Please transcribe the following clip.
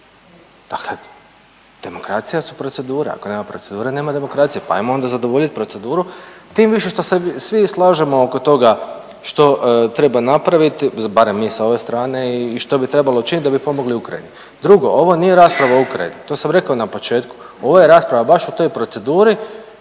Da kad demokracija su procedura, ako nema procedure nema demokracije, pa ajmo onda zadovoljit proceduru tim više što se svi slažemo oko toga što treba napraviti, barem mi sa ove strane i što bi trebalo činiti da bi pomogli Ukrajini. Drugo, ovo nije rasprava o Ukrajini, to sam rekao i na početku, ovo je rasprava baš o toj proceduri